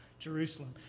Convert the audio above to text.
Jerusalem